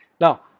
now